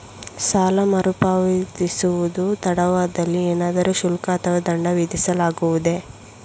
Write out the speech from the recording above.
ಸಾಲ ಮರುಪಾವತಿಸುವುದು ತಡವಾದಲ್ಲಿ ಏನಾದರೂ ಶುಲ್ಕ ಅಥವಾ ದಂಡ ವಿಧಿಸಲಾಗುವುದೇ?